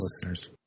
listeners